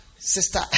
Sister